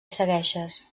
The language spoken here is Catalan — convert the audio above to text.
segueixes